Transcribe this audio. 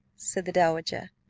said the dowager.